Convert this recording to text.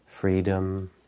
Freedom